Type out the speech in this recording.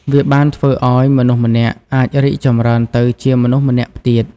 វាបានធ្វើឱ្យមនុស្សម្នាក់អាចរីកចម្រើនទៅជាមនុស្សម្នាក់ទៀត។